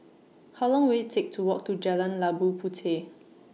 How Long Will IT Take to Walk to Jalan Labu Puteh